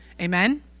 Amen